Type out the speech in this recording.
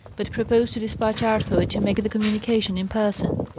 but proposed to despatch arthur, to make the communication in person.